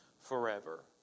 forever